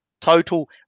total